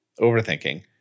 overthinking